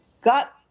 got